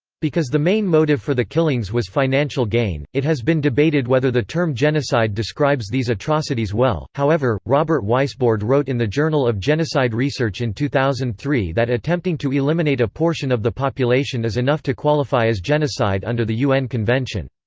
because the main motive for the killings was financial gain, it has been debated whether the term genocide describes these atrocities well however, robert weisbord wrote in the journal of genocide research in two thousand and three that attempting to eliminate a portion of the population is enough to qualify as genocide under the un convention.